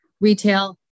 retail